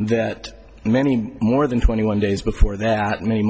that many more than twenty one days before that many